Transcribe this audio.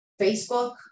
Facebook